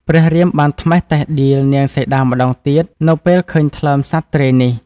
ព្រះរាមបានត្មះតិលដៀលនាងសីតាម្តងទៀត នៅពេលឃើញថ្លើមសត្វទ្រាយនេះ ។